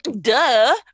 duh